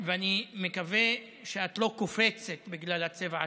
ואני מקווה שאת לא קופצת בגלל הצבע הצהוב.